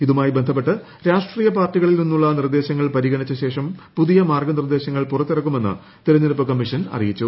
ഇതുമായി ബന്ധപ്പെട്ട് രാഷ്ട്രീയ പാർട്ടികളിൽ നിന്നുള്ള നിർദ്ദേശങ്ങൾ പരിഗണിച്ച ശേഷം പുതിയ മാർഗ്ഗനിർദ്ദേശങ്ങൾ പുറത്തിറിക്കുമെന്ന് തെരഞ്ഞെടുപ്പ് കമ്മീഷൻ അറിയിച്ചു